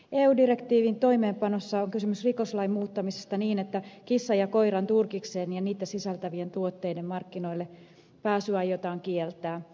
eu direktiivin toimeenpanossa on kysymys rikoslain muuttamisesta niin että kissan ja koiran turkisten ja niitä sisältävien tuotteiden markkinoillepääsy aiotaan kieltää